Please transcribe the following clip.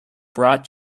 brought